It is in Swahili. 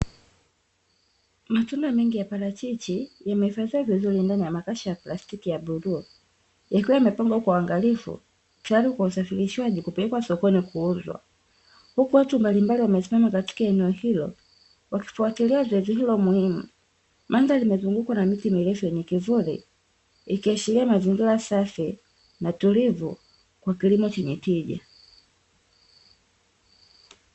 Matunda mengi ya parachichi yamehifadhiwa vizuri ndani ya makasha ya plastiki ya bluu ikiwa yamepangwa kwa uangalifu tayari kwa usafirishwaji kupelekwa sokoni kuuzwa. Huku watu mbalimbali wamesimama katika eneo hilo wakifatilia zoezi hilo muhimu. Mandhari imezungukwa na miti mirefu yenye kivuli ikiashiria mazingira safi na utulivu kwa kilimo chenye tija.